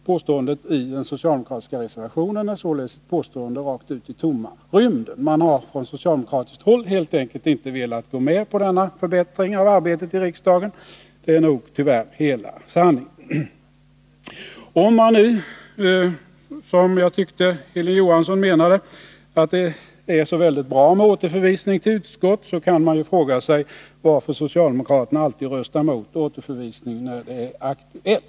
Påståendet i den socialdemokratiska reservationen är således ett påstående rakt ut i tomma rymden. Man har från socialdemokratiskt håll helt enkelt inte velat gå med på denna förbättring av arbetet i riksdagen — det är nog tyvärr hela sanningen. Om socialdemokraterna tycker att det är så väldigt bra med återförvisning till utskott — så tolkade jag Hilding Johansson — kan man fråga sig varför socialdemokraterna alltid röstar emot återförvisning när någon sådan är aktuell.